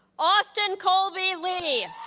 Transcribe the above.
austin colby lee